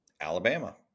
Alabama